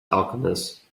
alchemists